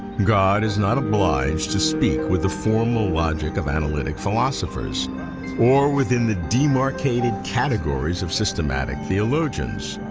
god is not obliged to speak with the formal logic of analytic philosophers or within the demarcated categories of systematic theologians.